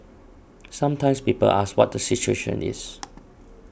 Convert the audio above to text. sometimes people ask what the situation is